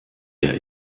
der